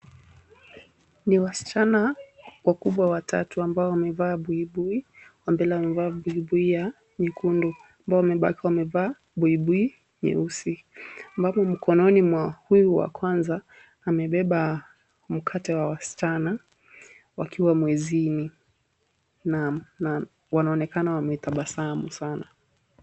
Ni wasichana wakubwa watatu ambao wamevaa buibui, wawili wamevaa buibui ya nyekundu, ambao wamebaki wamevaa buibui nyeusi ambapo mkononi mwao huyu wa kwanza amebeba mkate wa wasichana wakiwa mwezini na wanaonekana wametabasamu sana.